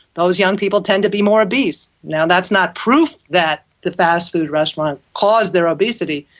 those young people tend to be more obese. now, that's not proof that the fast food restaurant caused their obesity,